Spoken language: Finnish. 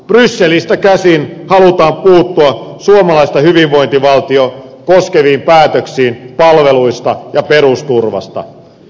brysselistä käsin halutaan puuttua suomalaista hyvinvointivaltiota koskeviin päätöksiin palveluista ja perusturvasta